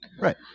Right